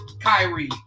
Kyrie